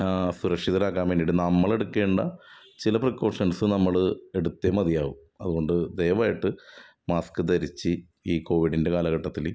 സുരക്ഷിതരാക്കാൻ വേണ്ടിയിട്ട് നമ്മളെടുക്കേണ്ട ചില പ്രാക്കോഷൻസ് നമ്മള് എടുത്തേ മതിയാവു അതുകൊണ്ട് ദയവായിട്ട് മാസ്ക്ക് ധരിച്ച് ഈ കോവിഡിൻ്റെ കാലഘട്ടത്തില്